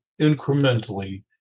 incrementally